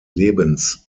lebens